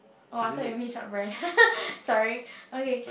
oh I thought you mean short breath sorry okay